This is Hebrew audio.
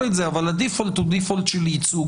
את זה אבל הדיפולט הוא דיפולט של ייצוג,